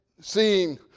seeing